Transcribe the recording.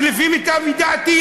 ולפי מיטב ידיעתי,